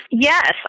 Yes